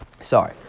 Sorry